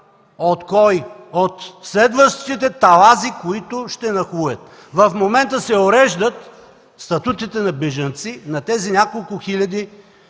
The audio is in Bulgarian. От кой? От следващите талази, които ще нахлуят. В момента се уреждат статутите на бежанци, на тези няколко хиляди